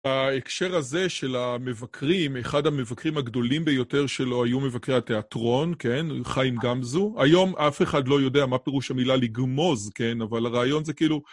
ההקשר הזה של המבקרים, אחד המבקרים הגדולים ביותר שלו היו מבקרי התיאטרון, כן, חיים גמזו. היום אף אחד לא יודע מה פירוש המילה לגמוז, כן, אבל הרעיון זה כאילו...